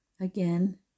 again